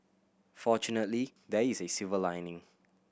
fortunately there is a silver lining